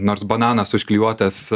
nors bananas užklijuotas